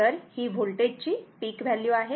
तर ही व्होल्टेजची पिक व्हॅल्यू आहे